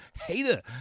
Hater